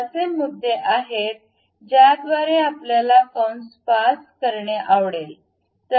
हे असे मुद्दे आहेत ज्याद्वारे आपल्याला कंस पास करणे आवडेल